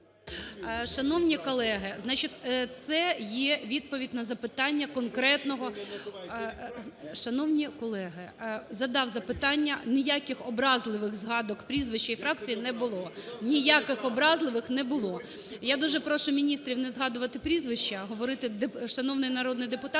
Шановні колеги, значить, це є відповідь на запитання конкретного… Шановні колеги, задав запитання, ніяких образливих згадок прізвищ і фракцій не було, ніяких образливих не було. Я дуже прошу міністрів не згадувати прізвища, а говорити "шановний народний депутат".